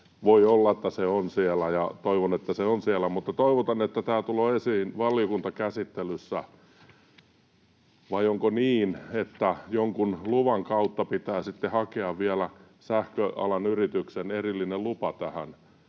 Voi olla, että se on siellä, ja toivon, että se on siellä, mutta toivotaan, että tämä tulee esiin valiokuntakäsittelyssä, vai onko niin, että jonkun luvan kautta pitää sitten vielä sähköalan yrityksen hakea erillinen lupa tähän,